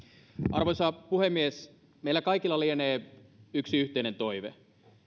arvoisa puhemies meillä kaikilla lienee yksi yhteinen toive